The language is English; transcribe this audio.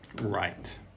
Right